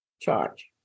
charge